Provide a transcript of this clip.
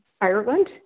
Ireland